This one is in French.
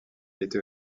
était